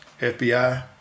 FBI